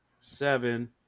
seven